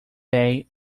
bay